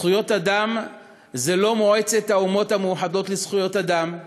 זכויות אדם זה לא מועצת האומות המאוחדות לזכויות אדם,